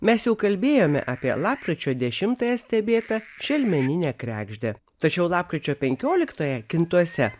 mes jau kalbėjome apie lapkričio dešimtąją stebėtą šelmeninę kregždę tačiau lapkričio penkioliktąją kintuose